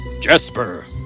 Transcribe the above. Jesper